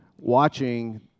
watching